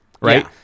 right